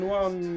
one